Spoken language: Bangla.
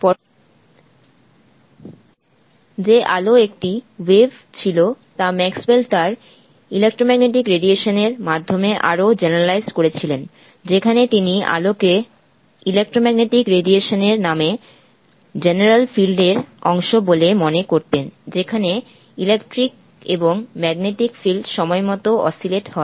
পরবর্তীতে যে আলো একটি ওয়েভ ছিল তা ম্যাক্সওয়েল তার ইলেক্ট্রোম্যাগনেটিক রেডিয়েশন ওয়েভ এর মাধ্যমে আরও জেনেরালাইসড করেছিলেন যেখানে তিনি আলো কে ইলেক্ট্রোম্যাগনেটিক রেডিয়েশন এর নামে জেনারেল ফিল্ড এর অংশ বলে মনে করতেন যেখানে ইলেকট্রিক এবং ম্যাগনেটিক ফিল্ডস সময়মতো অস্সিলেট হয়